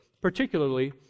particularly